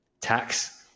tax